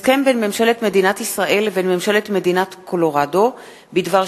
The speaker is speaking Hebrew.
הסכם בין ממשלת מדינת ישראל לבין ממשלת מדינת קולורדו בדבר